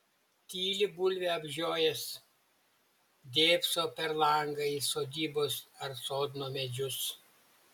tyli bulvę apžiojęs dėbso per langą į sodybos ar sodno medžius